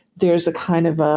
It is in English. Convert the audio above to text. there's a kind of ah